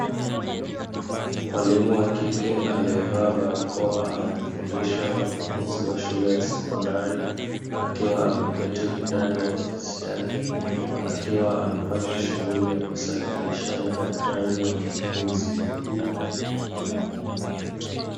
Mwalimu wa kike aliyevaa barakoa akiwa anafundisha wanafunzi wa shule ya sekondari, akiwa ameketi ndani ya ofisi yake. Akiwa anafanya shughuli ya kusahihisha madaftari ya wanafunzi.